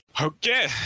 Okay